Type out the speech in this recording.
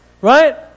Right